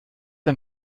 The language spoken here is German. ein